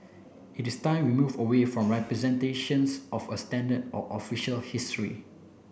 it is time we move away from representations of a standard or official history